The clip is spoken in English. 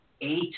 eight